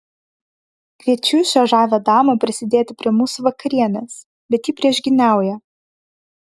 kviečiu šią žavią damą prisidėti prie mūsų vakarienės bet ji priešgyniauja